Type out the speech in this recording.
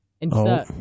Insert